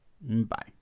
Bye